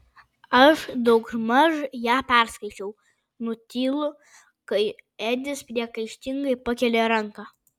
aš daugmaž ją perskaičiau nutylu kai edis priekaištingai pakelia ranką